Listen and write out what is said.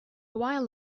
while